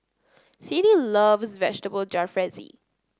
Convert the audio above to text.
Siddie loves Vegetable Jalfrezi